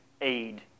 aid